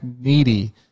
needy